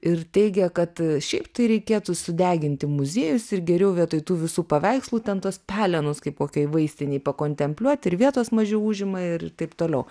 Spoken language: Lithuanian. ir teigia kad šiaip tai reikėtų sudeginti muziejus ir geriau vietoj tų visų paveikslų ten tuos pelenus kaip kokioj vaistinėj pakontempliuot ir vietos mažiau užima ir taip toliau